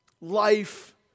life